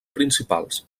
principals